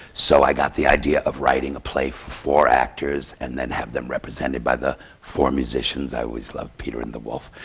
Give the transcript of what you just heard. so i got the idea of writing a play for four actors and then have them represented by the four musicians. i always loved peter and the wolf!